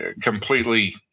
completely